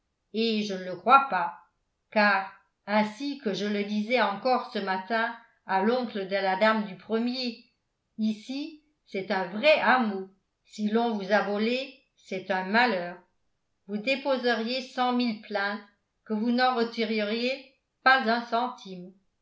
et je ne le crois pas car ainsi que je le disais encore ce matin à l'oncle de la dame du premier ici c'est un vrai hameau si l'on vous a volée c'est un malheur vous déposeriez cent mille plaintes que vous n'en retireriez pas un centime